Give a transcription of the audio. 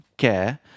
care